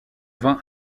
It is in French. vin